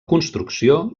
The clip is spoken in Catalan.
construcció